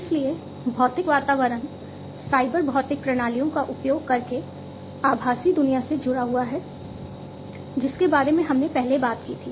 इसलिए भौतिक वातावरण साइबर भौतिक प्रणालियों का उपयोग करके आभासी दुनिया से जुड़ा हुआ है जिसके बारे में हमने पहले बात की थी